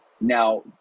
Now